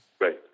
Right